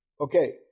Okay